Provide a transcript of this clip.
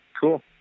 Cool